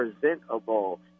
presentable